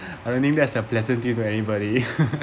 and I only mess a pleasant dream to anybody